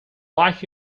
light